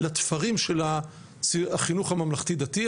לתפרים של החינוך הממלכתי דתי,